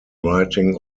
writing